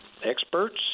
experts